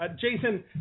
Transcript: Jason